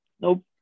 Nope